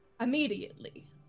immediately